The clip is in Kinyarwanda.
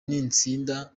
n’itsinda